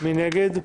מי נגד?